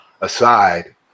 aside